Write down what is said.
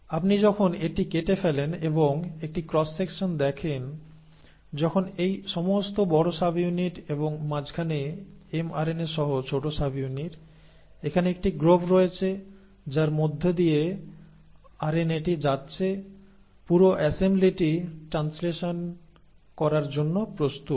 আপনি যখন এটি কেটে ফেলেন এবং একটি ক্রস সেকশন দেখেন যখন এই সমস্ত বড় সাবইউনিট এবং মাঝখানে এমআরএনএ সহ ছোট সাবইউনিট এখানে একটি গ্রোভ রয়েছে যার মধ্যে দিয়ে আরএনএটি যাচ্ছে পুরো অ্যাসেম্বলিটি ট্রান্সলেশন করার জন্য প্রস্তুত